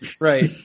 Right